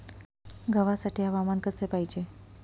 गव्हासाठी हवामान कसे पाहिजे?